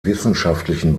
wissenschaftlichen